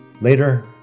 Later